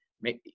make